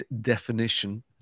definition